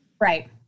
Right